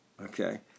okay